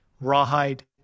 rawhide